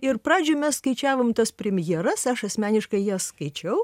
ir pradžioj mes skaičiavom tas premjeras aš asmeniškai jas skaičiau